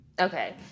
Okay